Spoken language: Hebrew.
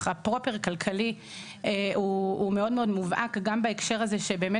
הפרופר כלכלי הוא מאוד מאוד מובהק גם בהקשר הזה שבאמת